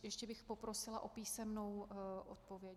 Ještě bych poprosila o písemnou odpověď.